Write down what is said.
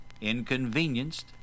inconvenienced